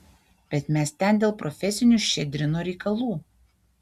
bet mes ten dėl profesinių ščedrino reikalų